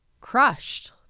crushed